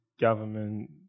government